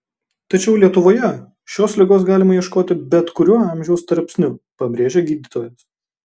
tačiau lietuvoje šios ligos galima ieškoti bet kuriuo amžiaus tarpsniu pabrėžia gydytojas